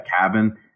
cabin